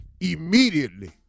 immediately